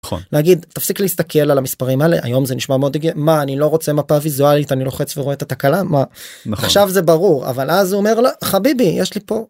להגיד - תפסיק להסתכל על המספרים האלה, היום זה נשמע מאוד הגיוני, מה, אני לא רוצה מפה ויזואלית אני לוחץ ורואה את התקלה, מה, עכשיו זה ברור, אבל אז הוא אומר לא, חביבי יש לי פה...